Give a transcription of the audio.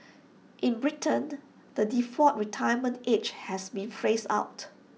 in Britain the default retirement age has been phased out